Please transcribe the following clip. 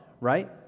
right